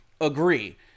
agree